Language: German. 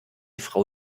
frau